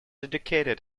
educated